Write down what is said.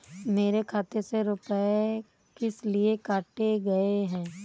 मेरे खाते से रुपय किस लिए काटे गए हैं?